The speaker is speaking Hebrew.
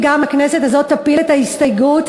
הזאת תפיל גם את ההסתייגות,